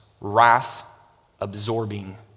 wrath-absorbing